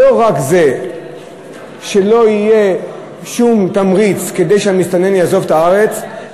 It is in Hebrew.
שלא רק זה שלא יהיה שום תמריץ כדי שהמסתנן יעזוב את הארץ,